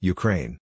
Ukraine